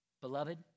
Beloved